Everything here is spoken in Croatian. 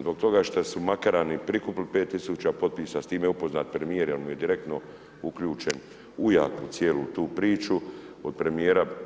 zbog toga što su Makarani prikupili pet tisuća potpisa, s time je upoznat premijer jer mu je direktno uključen ujak u cijelu tu priču od premijera.